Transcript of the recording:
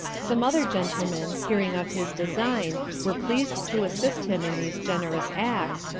some other gentlemen, hearing of his design, were pleased to assist him in these generous acts,